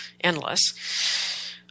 endless